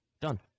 done